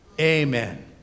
amen